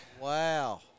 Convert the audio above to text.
Wow